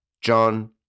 John